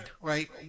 right